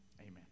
Amen